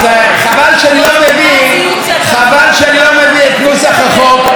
חבל שאני לא מביא את נוסח החוק כדי להראות לך ששם כתוב